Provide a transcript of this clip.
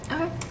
Okay